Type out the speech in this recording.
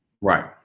Right